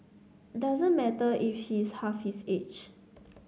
doesn't matter if she's half his age